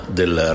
del